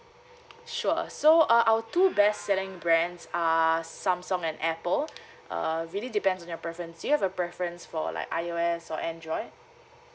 sure so uh our two best selling brands are samsung and apple err really depends on your preference do you have a preference for like iOS or android